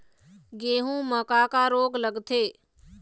गेहूं म का का रोग लगथे?